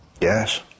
Yes